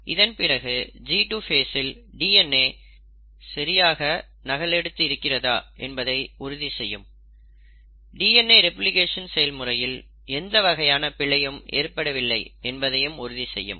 இதன்பிறகு G2 ஃபேசில் DNA சரியாக நகலெடுத்து இருக்கிறதா என்பதை உறுதி செய்யும் டிஎன்ஏ ரெப்ளிகேஷன் செயல்முறையில் எந்த வகையான பிழையும் ஏற்படவில்லை என்பதையும் உறுதி செய்யும்